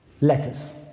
Letters